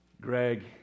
Greg